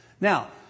Now